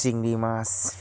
চিংড়ি মাছ